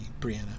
Brianna